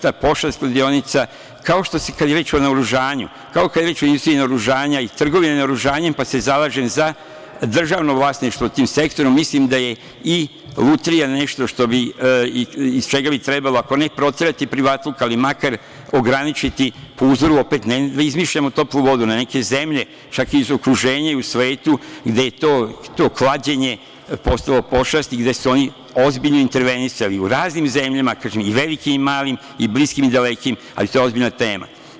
Ta pošast kladionica, kao što se kad je reč o naoružanju, kao kad je reč o … (ne razume se) naoružanja i trgovini naoružanjem, pa se zalažem za državno vlasništvo tim sektorom, mislim da je i „Lutrija“ nešto iz čega bi trebalo, ako ne proterati privatluk, ali makar ograničiti, po uzoru, opet, ne da izmišljamo toplu vodu, na neke zemlje, čak i iz okruženju i svetu gde je to klađenje postalo pošast i gde su oni ozbiljno intervenisali, u raznim zemljama, kažem, i velikim i malim i bliskim i dalekim, ali to je ozbiljna tema.